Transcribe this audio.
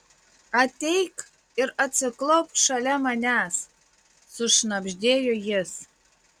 ateik ir atsiklaupk šalia manęs sušnabždėjo jis